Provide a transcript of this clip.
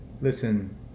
Listen